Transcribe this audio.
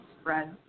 spread